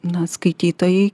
na skaitytojai